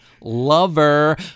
lover